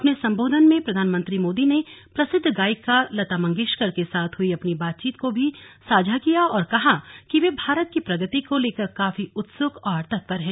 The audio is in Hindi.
अपने संबोधन में प्रधानमंत्री मोदी ने प्रसिद्व गायिका लता मंगेशकर के साथ हुई अपनी बातचीत को भी साझा किया और कहा कि वे भारत की प्रगति को लेकर काफी उत्सुक और तत्पर हैं